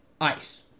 ice